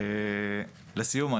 לסיום,